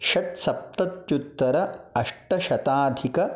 षट्सप्तत्युत्तर अष्टशताधिक